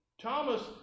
Thomas